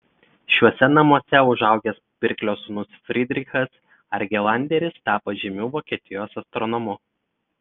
šiuose namuose užaugęs pirklio sūnus frydrichas argelanderis tapo žymiu vokietijos astronomu